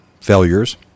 failures